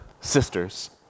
sisters